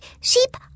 Sheep